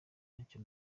ntacyo